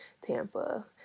Tampa